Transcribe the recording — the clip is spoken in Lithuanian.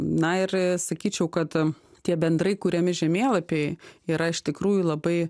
na ir a sakyčiau kad am tie bendrai kuriami žemėlapiai yra iš tikrųjų labai